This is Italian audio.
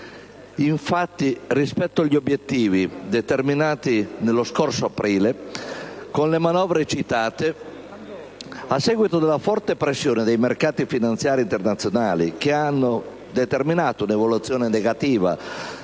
mondiale. Rispetto agli obiettivi determinati lo scorso aprile, con le manovre citate, a seguito della forte pressione dei mercati finanziari internazionali che ha determinato un'evoluzione negativa